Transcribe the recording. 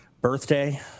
birthday